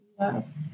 Yes